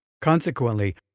Consequently